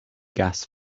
gas